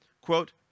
quote